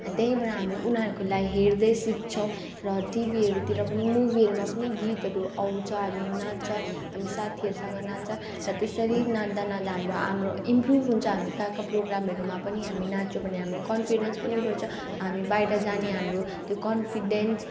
त्यहीँबाट हामी उनीहरूकोलाई हेर्दै सिक्छौँ र टिभीहरूतिर पनि मुवीहरूमा पनि गीतहरू आउँछ हामी नाच्छ हामी साथीहरूसँग नाच्छ र त्यसरी नाच्दा नाच्दा हाम्रो हाम्रो इम्प्रुभ हुन्छ हामी कहाँ कहाँ प्रोग्रामहरूमा पनि हामी नाच्यो भने हाम्रो कन्फिडेन्स पनि बढ्छ हामी बाहिर जाने हाम्रो त्यो कन्फिडेन्स